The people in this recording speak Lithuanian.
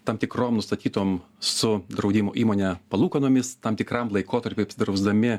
tam tikrom nustatytom su draudimo įmone palūkanomis tam tikram laikotarpiui apsidrausdami